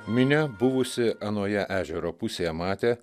minia buvusi anoje ežero pusėje matė